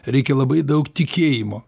reikia labai daug tikėjimo